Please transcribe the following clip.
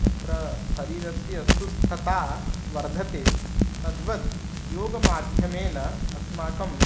तत्र शरीरस्य सुस्थता वर्धते तद्वद् योगमाध्यमेन अस्माकं